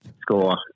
score